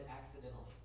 accidentally